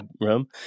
room